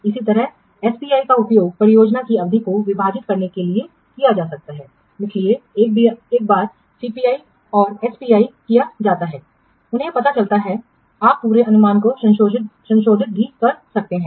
इसी तरह एसपीआई का उपयोग परियोजना की अवधि को विभाजित करने के लिए किया जा सकता है इसलिए एक बार सीपीआई और एसपीआई किया जाता है उन्हें पता चला है आप पूरे अनुमान को संशोधित भी कर सकते हैं